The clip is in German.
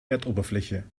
erdoberfläche